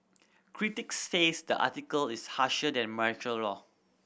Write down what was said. critics says the article is harsher than martial law